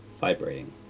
vibrating